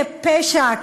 כפשע,